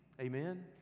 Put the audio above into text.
Amen